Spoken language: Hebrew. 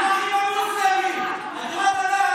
בטח.